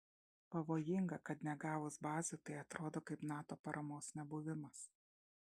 pavojinga kad negavus bazių tai atrodo kaip nato paramos nebuvimas